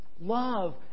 Love